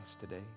today